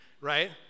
right